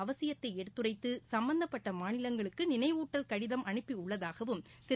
அவசியத்தை எடுத்துரைத்து சம்பந்தப்பட்ட மாநிலங்களுக்கு நினைவூட்டல் கடிதம் அனுப்பி உள்ளதாகவும் திரு